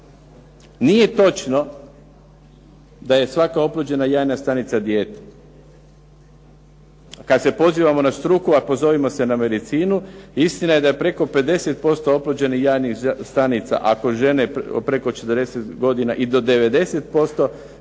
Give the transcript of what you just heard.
Nije točno da je svaka oplođena jajna stanica dijete. Kad se pozivamo na struku, a pozovimo se na medicinu, istina je da je preko 50% oplođenih jajnih stanica, ako žene preko 40 godina i do 90%